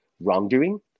wrongdoing